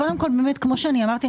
כמו שאמרתי,